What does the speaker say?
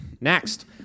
Next